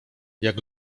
jak